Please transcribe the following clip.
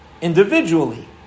individually